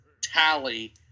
tally